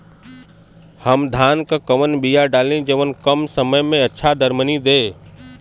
हम धान क कवन बिया डाली जवन कम समय में अच्छा दरमनी दे?